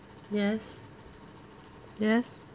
yes yes